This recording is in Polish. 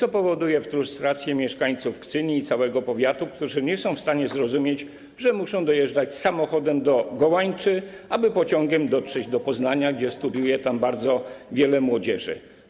To powoduje frustrację mieszkańców Kcyni i całego powiatu, którzy nie są w stanie zrozumieć, że muszą dojeżdżać samochodem do Gołańcza, aby pociągiem dotrzeć do Poznania, gdzie studiuje bardzo wiele młodzieży.